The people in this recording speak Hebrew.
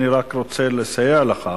אני רק רוצה לסייע לך,